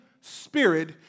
spirit